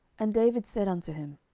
and david said unto him,